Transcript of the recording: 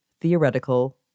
theoretical